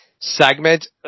segment